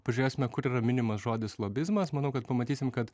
pažiūrėsime kur yra minimas žodis lobizmas manau kad pamatysim kad